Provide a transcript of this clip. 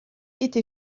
été